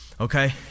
okay